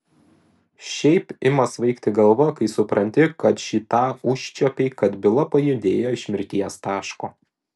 šiaip ima svaigti galva kai supranti kad šį tą užčiuopei kad byla pajudėjo iš mirties taško